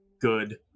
Good